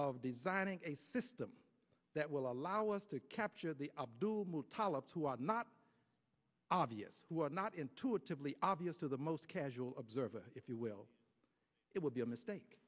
of designing a system that will allow us to capture the abdulmutallab who are not obvious who are not intuitively obvious to the most casual observer if you will it will be a mistake